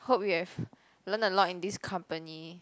hope you have learn a lot in this company